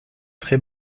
très